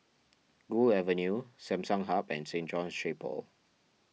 Gul Avenue Samsung Hub and Saint John's Chapel